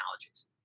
Technologies